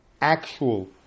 actual